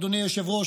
אדוני היושב-ראש,